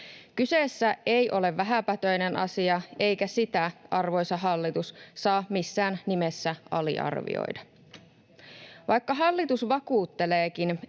Kyseessä ei ole vähäpätöinen asia, eikä sitä, arvoisa hallitus, saa missään nimessä aliarvioida. Vaikka hallitus vakuutteleekin,